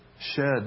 shed